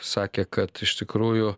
sakė kad iš tikrųjų